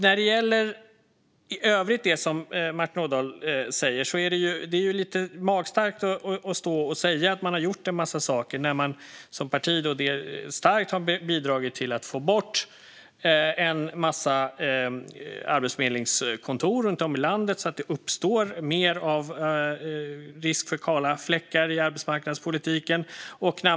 När det gäller det som Martin Ådahl säger i övrigt är det lite magstarkt att stå och säga att man har gjort en massa saker när ens parti har bidragit starkt till att få bort en massa arbetsförmedlingskontor runt om i landet så att det har uppstått risk för kala fläckar i arbetsmarknadspolitiken.